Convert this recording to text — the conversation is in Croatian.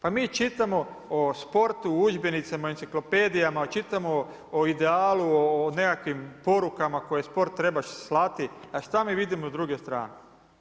Pa mi čitamo o sportu u udžbenicima, enciklopedijama, čitamo o idealu, o nekakvim porukama koje sport treba slati, a šta mi vidimo s druge strane?